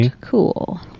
cool